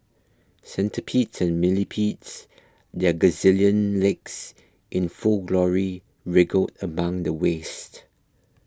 centipedes and millipedes their gazillion legs in full glory wriggled among the waste